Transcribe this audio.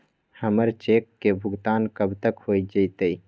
हमर चेक के भुगतान कब तक हो जतई